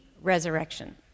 resurrection